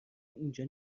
اینجا